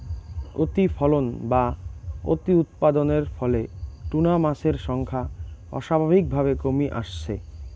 অতিফলন বা অতিউৎপাদনের ফলে টুনা মাছের সংখ্যা অস্বাভাবিকভাবে কমি আসছে